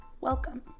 Welcome